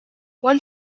one